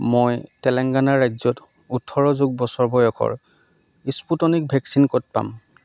মই তেলেংগানা ৰাজ্যত ওঠৰ যোগ বছৰ বয়সৰ স্পুটনিক ভেকচিন ক'ত পাম